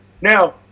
Now